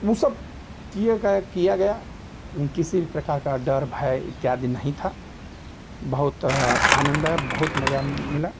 ऊ सब किए गए किया गया लें किसी भी प्रकार का डर भय इत्यादि नहीं था बहुत आनंद आया बहुत मज़ा मिला